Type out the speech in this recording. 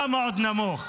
כמה עוד נמוך?